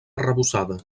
arrebossada